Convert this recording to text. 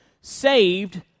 saved